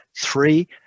three